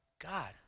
God